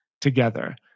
together